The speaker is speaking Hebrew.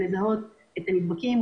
לזהות את הנדבקים,